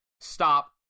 stop